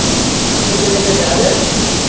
ہے تیٚلے گژھِ زیادٕ